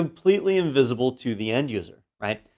completely invisible to the end user, right?